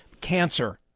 cancer